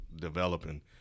developing